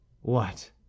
What